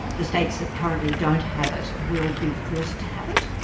the states that currently don't have it will be forced to have it?